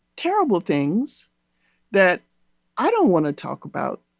terrible things that i don't want to talk about.